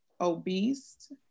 obese